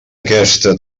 aquesta